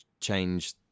change